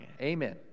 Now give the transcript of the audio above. Amen